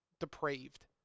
depraved